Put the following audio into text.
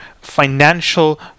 financial